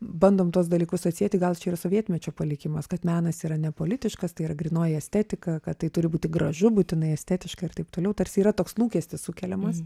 bandom tuos dalykus atsieti gal čia yra sovietmečio palikimas kad menas yra ne politiškas tai yra grynoji estetika kad tai turi būti gražu būtinai estetiška ir taip toliau tarsi yra toks lūkestis sukeliamas